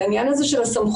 זה העניין הזה של הסמכויות.